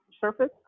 surface